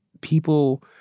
people